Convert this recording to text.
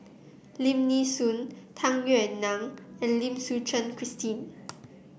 Lim Nee Soon Tung Yue Nang and Lim Suchen Christine